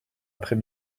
après